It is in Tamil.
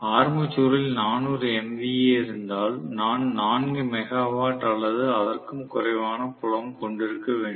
ஆர்மேச்சரில் 400 MVA இருந்தால் நான் 4 மெகாவாட் அல்லது அதற்கும் குறைவான புலம் கொண்டிருக்க வேண்டும்